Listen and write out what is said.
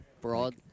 broad